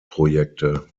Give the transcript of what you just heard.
projekte